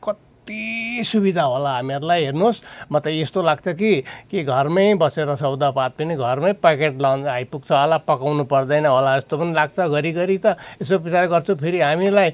कति सुविधा होला हामीहरूलाई हेर्नुहोस् म त यस्तो लाग्छ कि कि घरमै बसेर सौदापात पनि घरमै प्याकेट लन्च आइपुग्छ होला पकाउनु पर्दैन होला जस्तो पनि लाग्छ घरिघरि त यसो विचार गर्छु फेरि हामीलाई